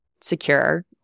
secure